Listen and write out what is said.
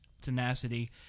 tenacity